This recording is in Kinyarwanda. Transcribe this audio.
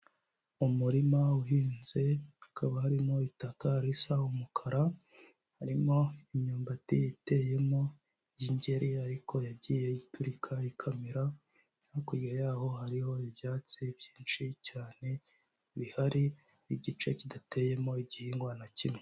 Umurima uhinze, hakaba harimo itaka risa umukara, harimo imyumbati iteyemo y'ingeri ariko yagiye iturika ikamera, hakurya yaho hariho ibyatsi byinshi cyane bihari, n'igice kidateyemo igihingwa na kimwe.